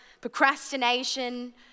procrastination